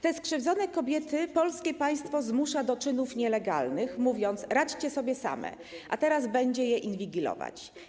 Te skrzywdzone kobiety polskie państwo zmusza do czynów nielegalnych, mówiąc: radźcie sobie same, a teraz będzie je inwigilować.